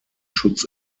schutz